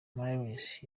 marines